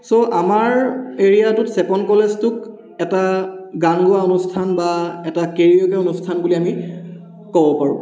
চ' আমাৰ এৰিয়াটোত চেপন কলেজটোক এটা গান গোৱা অনুষ্ঠান বা এটা কেৰিঅ'কে অনুষ্ঠান বুলি আমি ক'ব পাৰোঁ